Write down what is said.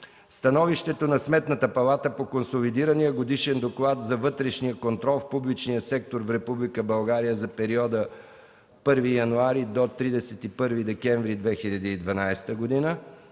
Становището на Сметната палата по консолидирания Годишен доклад за вътрешния контрол в публичния сектор в Република България за периода 1 януари – 31 декември 2012 г.